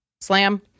Slam